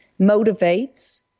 motivates